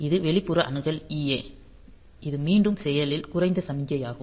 இது வெளிப்புற அணுகல் EA இது மீண்டும் செயலில் குறைந்த சமிக்ஞையாகும்